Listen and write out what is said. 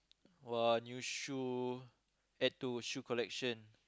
!wah! new shoe add to shoe collection